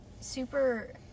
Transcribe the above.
super